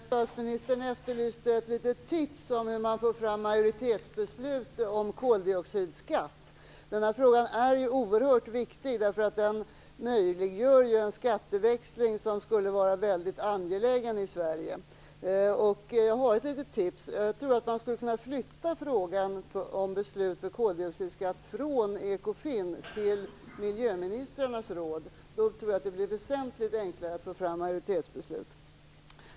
Fru talman! Statsministern efterlyste tips om hur man får fram majoritetsbeslut om koldioxidskatt. Den frågan är oerhört viktig, därför att den möjliggör en skatteväxling som skulle vara väldigt angelägen i Sverige. Jag har ett litet tips. Jag tror att man skulle kunna flytta frågan om beslut om koldioxidskatt från Ekofin till miljöministrarnas råd. Det skulle då bli väsentligt enklare att få fram majoritetsbeslut.